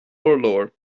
urlár